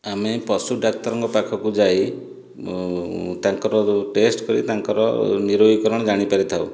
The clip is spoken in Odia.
ଆମେ ପଶୁ ଡାକ୍ତରଙ୍କ ପାଖକୁ ଯାଇ ତାଙ୍କର ଯେଉଁ ଟେଷ୍ଟ କରି ତାଙ୍କର ନିରୋଗୀକରଣ ଜାଣି ପାରିଥାଉ